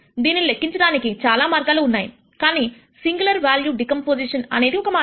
దీనిని లెక్కించటానికి చాలా మార్గాలు ఉన్నాయి కానీ సింగులర్ వేల్యూ డెకంపోసిషన్ అనేది ఒక మార్గము